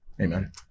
amen